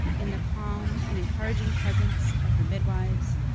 in the calm and encouraging presence of her midwives,